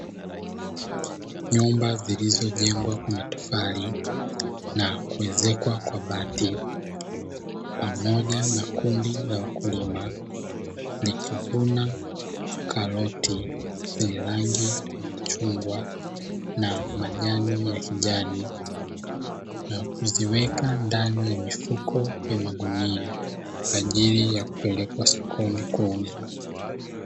Nyumba zilizojengwa kwa matofali na kuezekwa kwa bati, pamoja na kundi la wakulima likivuna karoti zenye rangi ya machungwa na majani ya kijani, na kuziweka ndani ya mifuko ya magunia kwa ajili ya kupelekwa sokoni kuuzwa.